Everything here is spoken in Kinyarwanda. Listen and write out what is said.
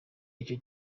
icyo